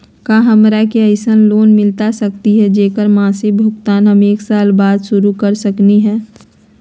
का हमरा के ऐसन लोन मिलता सकली है, जेकर मासिक भुगतान हम एक साल बाद शुरू कर सकली हई?